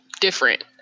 different